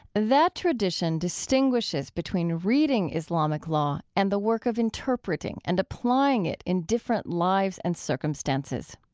that tradition distinguishes between reading islamic law and the work of interpreting and applying it in different lives and circumstances.